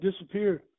disappeared